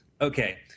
Okay